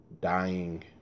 dying